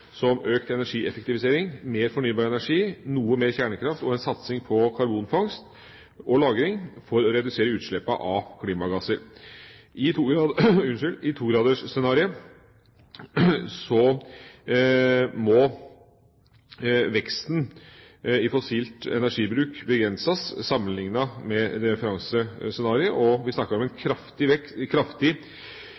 som økt energieffektivisering, mer fornybar energi, noe mer kjernekraft og en satsing på karbonfangst og -lagring for å redusere utslippene av klimagasser. I 2-gradersscenarioet må veksten i fossilt energibruk begrenses sammenlignet med referansescenarioet. Og vi snakker om en